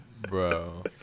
Bro